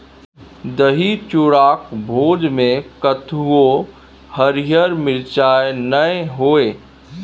दही चूड़ाक भोजमे कतहु हरियर मिरचाइ नै होए